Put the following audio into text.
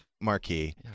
Marquee